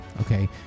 okay